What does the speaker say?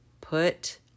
put